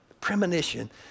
premonition